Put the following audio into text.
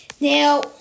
Now